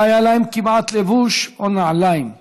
לא היה להם כמעט לבוש או נעליים,